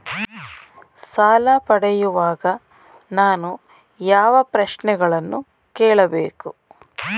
ಸಾಲ ಪಡೆಯುವಾಗ ನಾನು ಯಾವ ಪ್ರಶ್ನೆಗಳನ್ನು ಕೇಳಬೇಕು?